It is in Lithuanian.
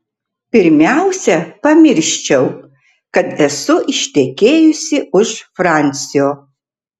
pirmiausia pamirščiau kad esu ištekėjusi už fransio